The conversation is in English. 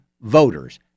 voters